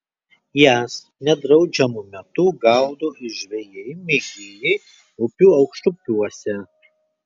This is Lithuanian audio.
jas nedraudžiamu metu gaudo ir žvejai mėgėjai upių aukštupiuose